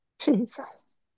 Jesus